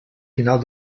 final